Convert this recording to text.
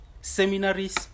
seminaries